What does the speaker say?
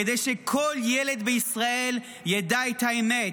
כדי שכל ילד בישראל ידע את האמת.